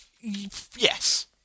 Yes